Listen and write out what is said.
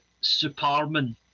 Superman